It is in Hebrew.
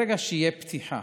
ברגע שתהיה פתיחה